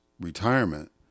retirement